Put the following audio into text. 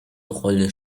rolle